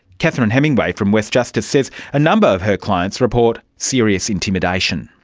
catherine hemingway from westjustice says a number of her clients report serious intimidation.